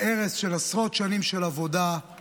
להרס של עשרות שנים של עבודה,